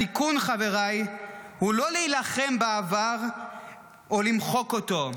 התיקון, חבריי, הוא לא להילחם בעבר או למחוק אותו,